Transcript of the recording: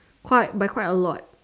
quite by quite a lot